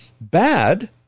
bad